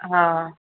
हा